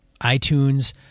iTunes